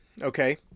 okay